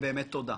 באמת תודה.